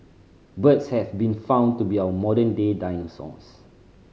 birds have been found to be our modern day dinosaurs